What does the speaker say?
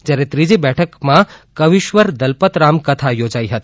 જ્યારે ત્રીજી બેઠકમાં કવિશ્વર દલપતરામ કથા યોજાઇ હતી